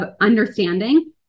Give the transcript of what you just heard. understanding